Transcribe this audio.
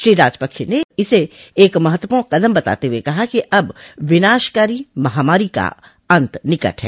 श्री राजपक्ष ने इसे एक महत्वपूर्ण कदम बताते हुए कहा कि अब विनाशकारी महामारी का अंत निकट है